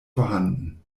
vorhanden